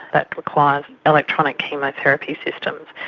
that requires electronic chemotherapy systems,